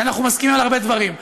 שאנחנו מסכימים על הרבה דברים,